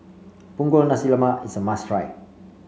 Punggol Nasi Lemak is a must try